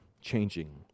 changing